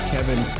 Kevin